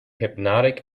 hypnotic